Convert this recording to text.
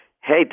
Hey